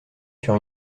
sur